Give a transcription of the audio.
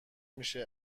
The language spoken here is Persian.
میشه